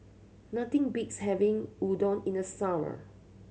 nothing beats having Unadon in the summer